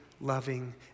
loving